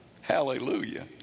Hallelujah